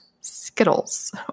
Skittles